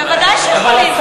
בוודאי שיכולים.